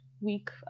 Week